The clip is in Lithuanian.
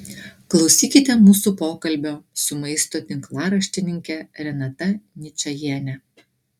klausykite mūsų pokalbio su maisto tinklaraštininke renata ničajiene